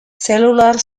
cellular